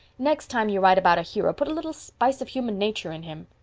next time you write about a hero put a little spice of human nature in him.